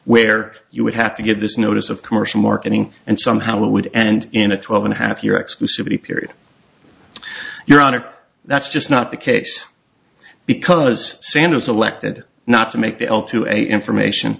where you would have to give this notice of commercial marketing and somehow it would end in a twelve and a half year exclusivity period your honor that's just not the case because sanders elected not to make the l to any information